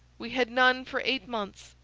we had none for eight months,